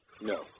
No